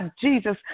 Jesus